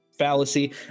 fallacy